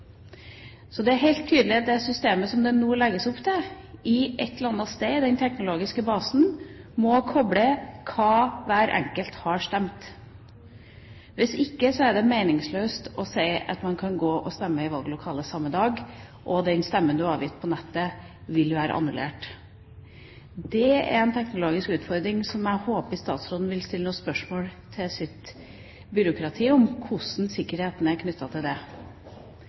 Så det er helt tydelig at i det systemet som det nå legges opp til, må man et eller annet sted i den teknologiske basen koble hva hver enkelt har stemt. Hvis ikke er det meningsløst å si at man kan gå og stemme i valglokalet samme dag, og at den stemmen man har avgitt på nettet, vil være annullert. Det er en teknologisk utfordring, og jeg håper statsråden vil stille noen spørsmål til sitt byråkrati om hvordan sikkerheten er knyttet til det.